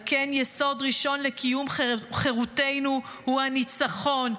על כן יסוד ראשון לקיום חרותנו הוא הניצחון,